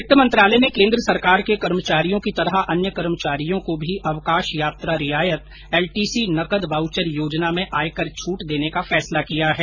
वित्त मंत्रालय ने केन्द्र सरकार के कर्मचारियों की तरह अन्य कर्मचारियों को भी अवकाश यात्रा रियायत एलटीसी नकद वाउचर योजना में आयकर छूट देने का फैसला किया है